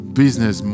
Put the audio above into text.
business